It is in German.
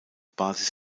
basis